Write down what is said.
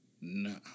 No